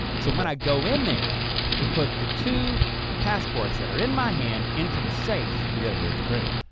so when i go in there to put the two passports that are in my hand into the safe you gotta move the crate.